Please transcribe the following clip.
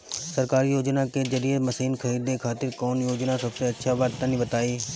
सरकारी योजना के जरिए मशीन खरीदे खातिर कौन योजना सबसे अच्छा बा तनि बताई?